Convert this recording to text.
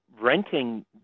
renting